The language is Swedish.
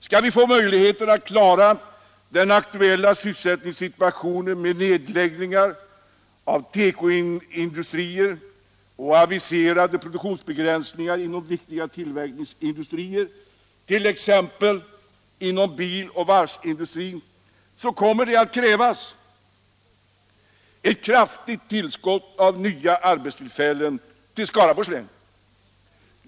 Skall vi klara den aktuella sysselsättningssituationen, med nedläggningar av tekoindustrier och aviserade produktionsbegränsningar inom viktiga tillverkningsindustrier, t.ex. inom bil och varvsindustrin, kommer det att krävas ett kraftigt tillskott av nya arbetstillfällen till Skaraborgs län.